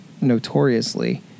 notoriously